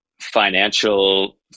financial